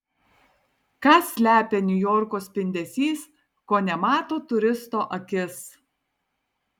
ką slepia niujorko spindesys ko nemato turisto akis